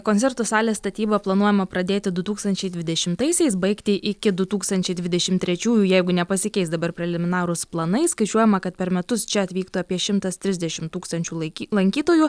koncertų salės statybą planuojama pradėti du tūkstančiai dvidešimtaisiais baigti iki du tūkstančiai dvidešim trečiųjų jeigu nepasikeis dabar preliminarūs planai skaičiuojama kad per metus čia atvykta apie šimtas trisdešim tūkstančių laiky lankytojų